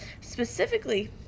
specifically